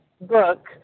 book